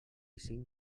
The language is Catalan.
cinc